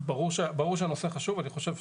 ברור שהנושא חשוב,